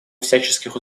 всяческих